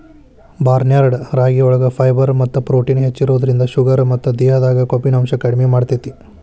barnyard ರಾಗಿಯೊಳಗ fibre ಮತ್ತ protein ಹೆಚ್ಚಿರೋದ್ರಿಂದ ಶುಗರ್ ಮತ್ತ ದೇಹದಾಗ ಕೊಬ್ಬಿನಾಂಶ ಕಡಿಮೆ ಮಾಡ್ತೆತಿ